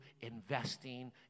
investing